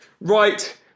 Right